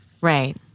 Right